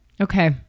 Okay